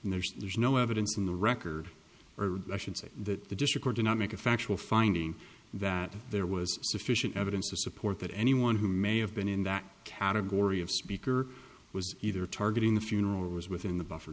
and there's no evidence in the record or i should say that the district or do not make a factual finding that there was sufficient evidence to support that anyone who may have been in that category of speaker was either targeting the funeral was within the buffer